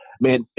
man